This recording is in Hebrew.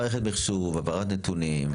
מערכת מחשוב, העברת נתונים.